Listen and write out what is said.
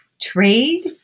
Trade